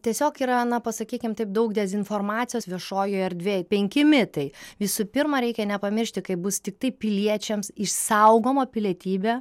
tiesiog yra na pasakykim taip daug dezinformacijos viešojoj erdvėj penki mitai visų pirma reikia nepamiršti kaip bus tiktai piliečiams išsaugoma pilietybė